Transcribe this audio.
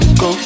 go